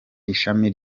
ishami